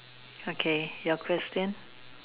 okay your question